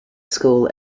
school